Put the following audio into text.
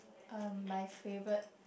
um my favourite